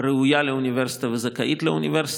ראוי לאוניברסיטה וזכאי לאוניברסיטה,